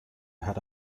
had